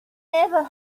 never